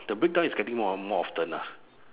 the breakdown is getting more and more often lah